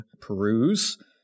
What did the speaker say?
peruse